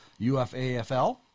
UFAFL